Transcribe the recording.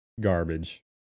garbage